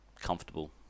comfortable